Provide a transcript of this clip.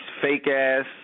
fake-ass